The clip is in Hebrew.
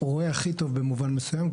רואה הכי טוב במובן מסוים,